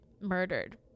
murdered